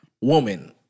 woman